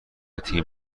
تیم